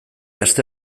aste